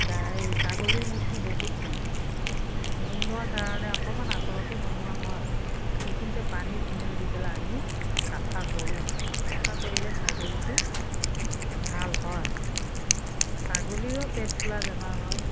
গাই ছাগলীৰ মূতটো বহুত গোন্ধায় গোন্ধোৱা কাৰণে অকণমান আঁতৰতে বনোৱা হয় সেইখিনিতে পানী ফেনাইল দি পেলাই আমি চাফা কৰোঁ চাফা কৰিলে ছাগলীটো ভাল হয় ছাগলীৰো পেট ফুলাৰ বেমাৰ হয়